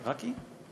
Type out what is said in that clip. רק היא?